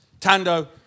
Tando